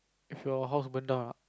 if your house burn down lah